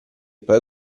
poi